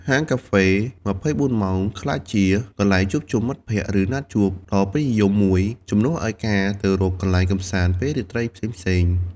ហាងកាហ្វេ ២៤ ម៉ោងក្លាយជា កន្លែងជួបជុំមិត្តភ័ក្តិ ឬណាត់ជួបដ៏ពេញនិយមមួយ ជំនួសឲ្យការទៅរកកន្លែងកម្សាន្តពេលរាត្រីផ្សេងៗ។